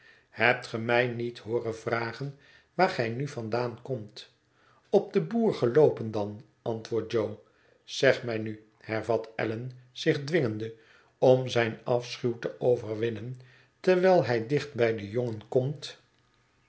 hebt ge mij niet hooren vragen waar gij nu vandaan komt op den boer geloopen dan antwoordt jo zeg mij nu hervat allan zich dwingende om zijn afschuw te overwinnen terwijl hij dicht bij den jongen komt